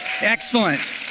excellent